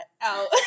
out